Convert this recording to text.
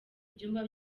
ibyumba